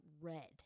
red